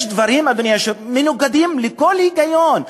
יש דברים, אדוני היושב-ראש, מנוגדים לכל היגיון.